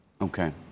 Okay